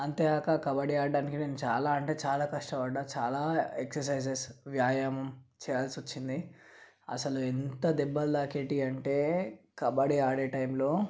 అంతేగాక కబడ్డీ ఆడటానికి చాలా అంటే చాలా కష్టపడ్డాను చాలా ఎక్సర్సైజెస్ వ్యాయామం చేయాల్సి వచ్చింది అసలు ఎంత దెబ్బలు తాకేవి అంటే కబడ్డీ ఆడే టైంలో